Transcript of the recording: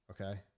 okay